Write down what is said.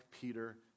Peter